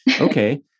Okay